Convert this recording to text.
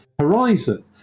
horizon